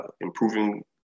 improving